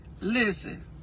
listen